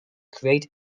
create